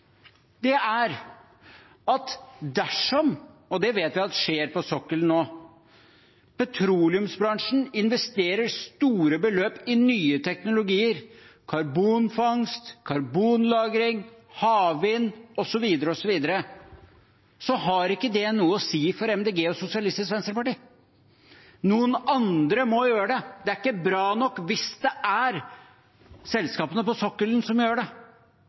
er at dersom – og det vet vi at skjer på sokkelen nå – petroleumsbransjen investerer store beløp i nye teknologier, karbonfangst, karbonlagring, havvind osv., har ikke det noe å si for Miljøpartiet De Grønne og Sosialistisk Venstreparti. Noen andre må gjøre det, det er ikke bra nok hvis det er selskapene på sokkelen som gjør det.